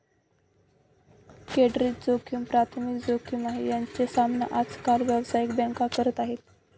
credit जोखिम प्राथमिक जोखिम आहे, ज्याचा सामना आज काल व्यावसायिक बँका करत आहेत